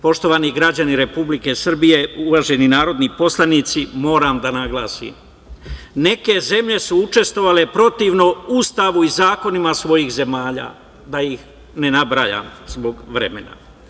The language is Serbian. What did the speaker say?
Poštovani građani Republike Srbije, uvaženi narodni poslanici, moram da naglasim, neke zemlje su učestvovale protivno Ustavu i zakonima svojih zemalja da ih ne nabrajam zbog vremena.